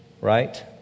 Right